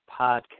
podcast